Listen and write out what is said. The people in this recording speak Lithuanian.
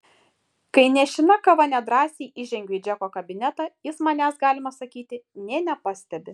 kai nešina kava nedrąsiai įžengiu į džeko kabinetą jis manęs galima sakyti nė nepastebi